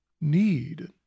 need